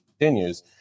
continues